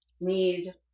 need